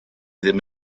ddim